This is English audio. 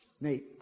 Nate